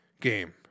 game